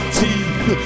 teeth